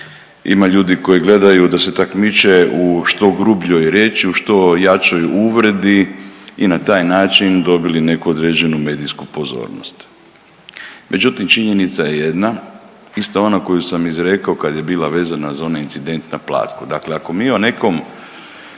ima ljudi koji gledaju da se takmiče u što grubljoj riječi, u što jačoj uvredi i na taj način dobili neku određenu medijsku pozornost. Međutim činjenica je jedan, ista ona koju sam izrekao kad je bila vezana za onaj incident na Platku. Dakle ako mi o nekom